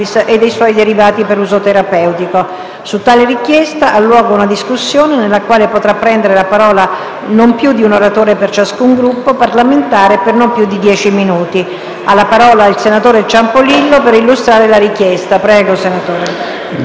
su tale richiesta ha luogo una discussione nella quale potrà prendere la parola non più di un oratore per ciascun Gruppo parlamentare e per non più di dieci minuti. Ha la parola il senatore Ciampolillo per illustrare la richiesta.